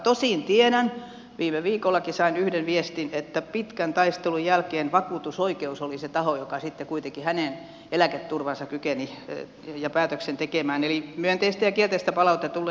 tosin tiedän viime viikollakin sain yhden viestin että pitkän taistelun jälkeen vakuutusoikeus oli se taho joka sitten kuitenkin hänen eläketurvansa ja päätöksen kykeni tekemään eli myönteistä ja kielteistä palautetta tulee